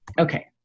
Okay